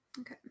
okay